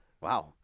Wow